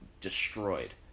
destroyed